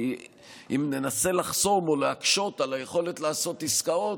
כי אם ננסה לחסום או להקשות על היכולת לעשות עסקאות,